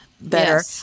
better